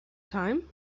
time